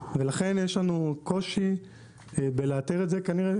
ולכן יש לנו קושי בלאתר את זה כנראה,